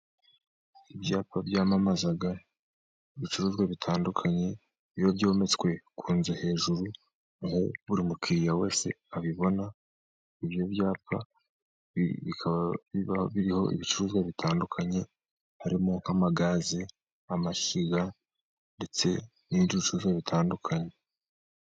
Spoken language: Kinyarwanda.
Ibyapa byamamaza ibicuruzwa bitandukanye iyo byometswe ku nzu hejuru buri mukiriya wese abibona ibyo byapa bikaba biriho ibicuruzwa bitandukanye harimo nk'amagaze, amashyiga ndetse n'ibicuruzwa bitandukanye.